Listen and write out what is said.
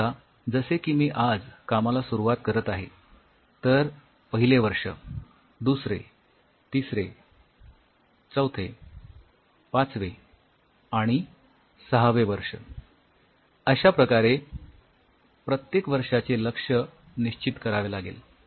समजा जसे की मी आज कामाला सुरुवात करत आहे तर पहिले वर्ष दुसरे तिसरे चौथे पाचवे सहावे अश्याप्रकारे प्रत्येक वर्षाचे लक्ष निश्चित करावे लागेल